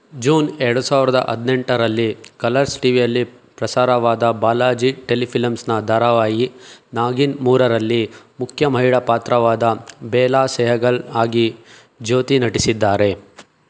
June ಎರಡು ಸಾವಿರ್ದ ಹದ್ನೆಂಟರಲ್ಲಿ ಕಲರ್ಸ್ ಟಿವಿಯಲ್ಲಿ ಪ್ರಸಾರವಾದ ಬಾಲಾಜಿ ಟೆಲಿಫಿಲಮ್ಸ್ನ ಧಾರಾವಾಹಿ ನಾಗಿನ್ ಮೂರರಲ್ಲಿ ಮುಖ್ಯ ಮಹಿಳಾ ಪಾತ್ರವಾದ ಬೇಲಾ ಸೆಹಗಲ್ ಆಗಿ ಜ್ಯೋತಿ ನಟಿಸಿದ್ದಾರೆ